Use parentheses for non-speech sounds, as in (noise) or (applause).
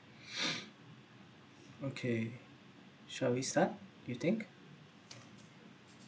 (breath) okay shall we start you think